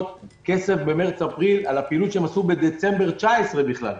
כסף במרץ-אפריל על הפעילות שהם עשו בדצמבר 2019 בכלל,